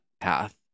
path